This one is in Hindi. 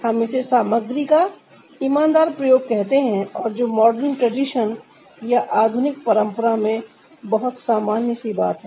हम इसे सामग्री का ईमानदार प्रयोग कहते हैं और जो मॉडर्न ट्रेडिशन याआधुनिक परंपरा में बहुत सामान्य सी बात है